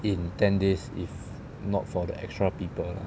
in ten days if not for the extra people lah